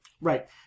right